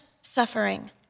suffering